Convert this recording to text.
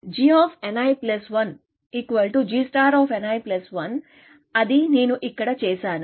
gnl1 gnl1 ఇది నేను ఇక్కడ చేసాను